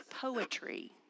poetry